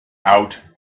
out